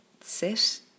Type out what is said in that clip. Sit